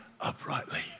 uprightly